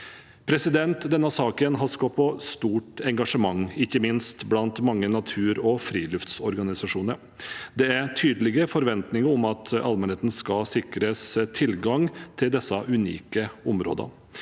Denne saken har skapt stort engasjement, ikke minst blant mange natur- og friluftsorganisasjoner. Det er tydelige forventninger om at allmennheten skal sikres tilgang til disse unike områdene.